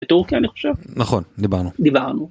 בטורקיה אני חושב? נכון. דיברנו. דיברנו.